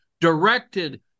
directed